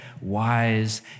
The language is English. wise